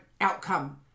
outcome